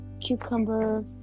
cucumber